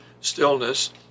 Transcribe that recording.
stillness